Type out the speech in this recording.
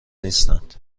نیستند